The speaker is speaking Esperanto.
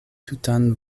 tutan